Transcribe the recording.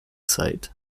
site